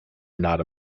not